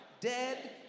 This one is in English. dead